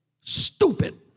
stupid